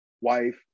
wife